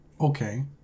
Okay